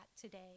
today